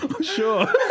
Sure